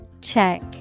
Check